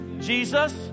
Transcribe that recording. Jesus